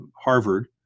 Harvard